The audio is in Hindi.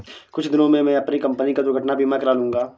कुछ दिनों में मैं अपनी कंपनी का दुर्घटना बीमा करा लूंगा